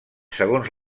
segons